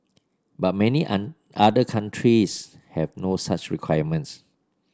but many other countries have no such requirements